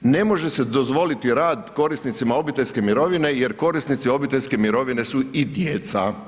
ne može se dozvoliti rad korisnicima obiteljske mirovine jer korisnici obiteljske mirovine su i djeca.